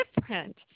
different